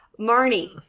Marnie